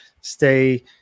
stay